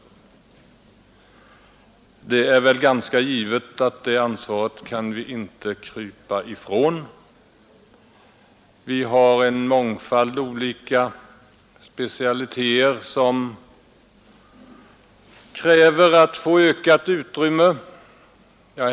Det är givet att vi inte kan krypa ifrån detta ansvar. En mångfald specialiteter kräver att få ökat utrymme.